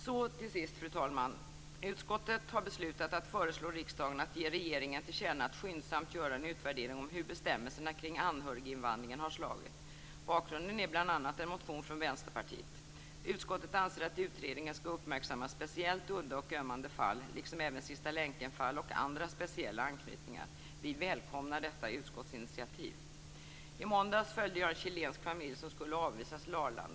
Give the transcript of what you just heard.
Fru talman! Utskottet har beslutat att föreslå riksdagen att ge regeringen till känna att skyndsamt göra en utvärdering av hur bestämmelserna kring anhöriginvandringen har slagit. Bakgrunden är bl.a. en motion från Vänsterpartiet. Utskottet anser att utredningen skall uppmärksamma speciellt udda och ömmande fall liksom även sista-länken-fall och andra speciella anknytningar. Vi välkomnar detta utskottsinitiativ. I måndags följde jag en chilensk familj, som skulle avvisas, till Arlanda.